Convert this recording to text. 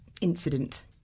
incident